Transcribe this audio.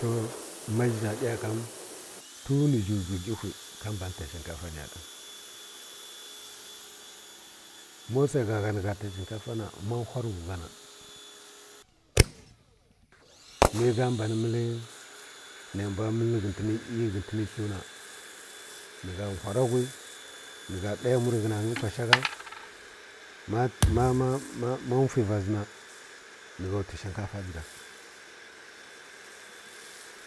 To ma zhi na ɗiya kan ton ni zhi zwigə gəwhwi ka mban ta shikafa ni ɗa ma sai gha gha ni gha to shukafa na ma whaw rə whwi na mə gha mban məl nə mbw məl ghə tə ni iyi ghə təni hi na ni gha whara whwi ni gha ɗa yamari rə ghə na nyi kwa shaghə ma ma ma fwi va zi na ni gha tsi shukafa dʒiga